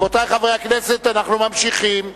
רבותי חברי הכנסת, אנחנו ממשיכים.